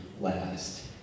last